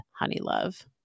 Honeylove